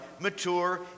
mature